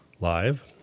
live